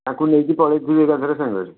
ତାଙ୍କୁ ନେଇକି ପଳେଇଯିବି ଏକାଥରେ ସାଙ୍ଗରେ